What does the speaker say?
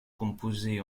composée